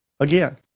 Again